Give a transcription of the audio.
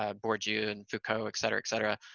ah bourdieu and foucault, etc, etc.